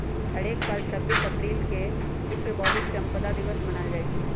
हरेक साल छब्बीस अप्रिल के विश्व बौधिक संपदा दिवस मनाएल जाई छई